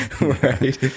Right